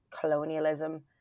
colonialism